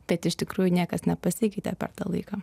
bet iš tikrųjų niekas nepasikeitė per tą laiką